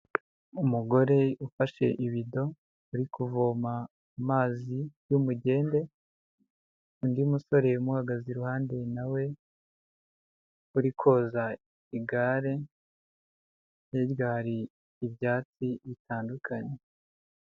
Umugore ufashe ibido ari kuvoma amazi y'umugende, undi musore umuhagaze iruhande na we uri koza igare, hirya hari ibyatsi bitandukanye.